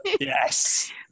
Yes